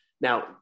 Now